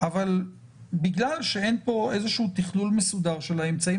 אבל בגלל שאין פה איזשהו תכלול מסודר של האמצעים